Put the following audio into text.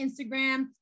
Instagram